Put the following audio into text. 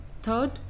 Third